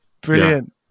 Brilliant